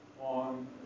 on